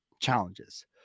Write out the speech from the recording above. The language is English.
challenges